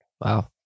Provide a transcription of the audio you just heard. wow